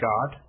God